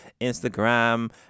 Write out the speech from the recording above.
Instagram